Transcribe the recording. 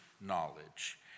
knowledge